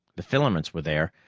the filaments were there,